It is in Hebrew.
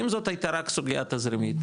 אם זו הייתה רק סוגיה תזרימית,